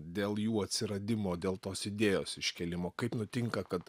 dėl jų atsiradimo dėl tos idėjos iškėlimo kaip nutinka kad